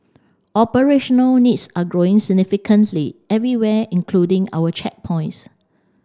operational needs are growing significantly everywhere including our checkpoints